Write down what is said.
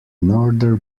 northern